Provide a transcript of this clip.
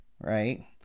Right